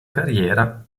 carriera